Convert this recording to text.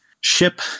ship